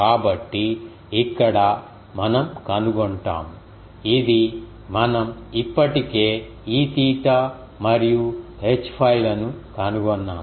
కాబట్టి ఇక్కడ మనం కనుగొంటాము ఇది మనం ఇప్పటికే Eθ మరియు Hφ లను కనుగొన్నాము